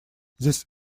this